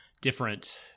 different